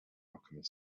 alchemist